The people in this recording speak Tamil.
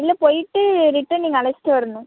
இல்லை போய்விட்டு ரிட்டர்ன் நீங்கள் அழைச்சிட்டு வரணும்